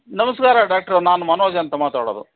ನಮಸ್ಕಾರ ಡಾಕ್ಟ್ರೆ ನಾನು ಮನೋಜ್ ಅಂತ ಮಾತಾಡೋದು